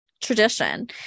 tradition